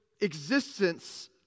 existence